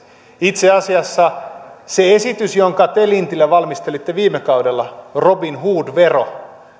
itse asiassa se esitys jonka te lintilä valmistelitte viime kaudella robinhood vero